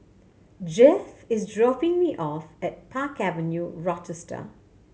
Jeff is dropping me off at Park Avenue Rochester